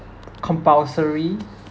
compulsory